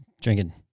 drinking